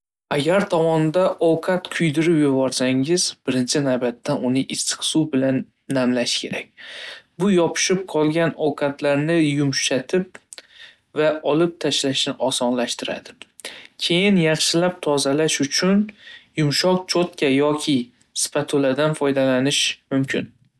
Agar tovonda ovqat kuydirib yuborsangiz, birinchi navbatda, uni issiq suv bilan namlash kerak. Bu yopishib qolgan ovqatlarni yumshatib va olib tashlashni osonlashtiradi. Keyin, yaxshilab tozalash uchun yumshoq cho'tka yoki spatuladan foydalanish mumkin.